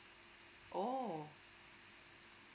oh